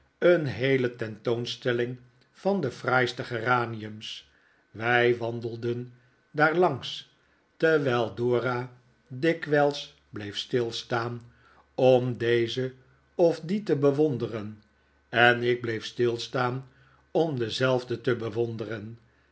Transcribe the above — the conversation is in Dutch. een heele teritoonstelling van de fraaiste geraniums wij wandelden daar langs terwijl dora dikwijls bleef stilstaan om deze of die te bewonderen en ik bleef stilstaan om dezelfde te bewonderen